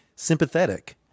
sympathetic